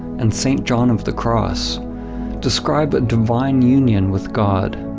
and saint john of the cross describe a divine union with god,